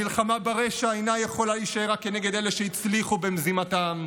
המלחמה ברשע אינה יכולה להישאר רק כנגד אלה שהצליחו במזימתם,